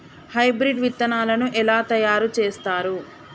Hybrid విత్తనాలను ఎలా తయారు చేస్తారు?